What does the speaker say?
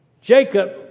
Jacob